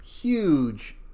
huge